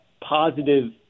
positive